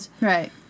Right